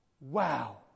Wow